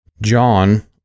John